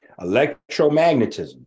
Electromagnetism